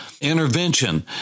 intervention